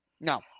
no